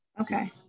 Okay